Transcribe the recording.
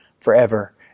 forever